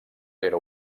era